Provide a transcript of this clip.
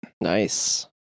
Nice